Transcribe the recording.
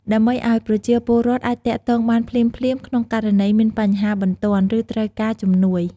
ដើម្បីឲ្យប្រជាពលរដ្ឋអាចទាក់ទងបានភ្លាមៗ ក្នុងករណីមានបញ្ហាបន្ទាន់ ឬត្រូវការជំនួយ។